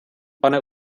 pane